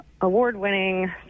award-winning